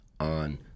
On